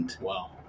Wow